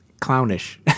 clownish